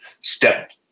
step